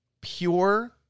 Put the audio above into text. pure